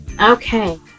Okay